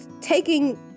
taking